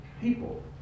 people